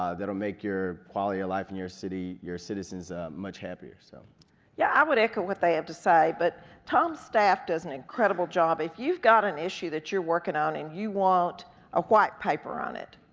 ah that'll make your quality of life in your city, your citizens much more happier. so yeah, i would echo what they have to say, but tom's staff does an incredible job. if you've got an issue that you're working on, and you want a white paper on it,